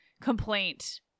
complaint